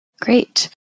Great